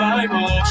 Bible